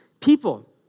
people